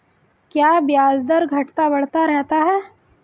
क्या ब्याज दर घटता बढ़ता रहता है?